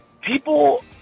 people